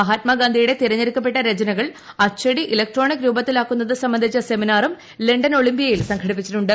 മഹാത്മാഗാന്ധിയുടെ തെരഞ്ഞെടുക്കപ്പെട്ട രചനകൾ അച്ചടി ഇലക്ട്രോണിക് രൂപത്തിലാക്കുന്നത് സംബന്ധിച്ച സെമിനാറും ലണ്ടൻ ഒളിമ്പിയിയിൽ സംഘടിപ്പിച്ചിട്ടുണ്ട്